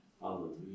Hallelujah